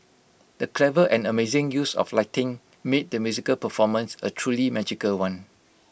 the clever and amazing use of lighting made the musical performance A truly magical one